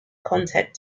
content